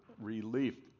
relief